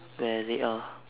where they are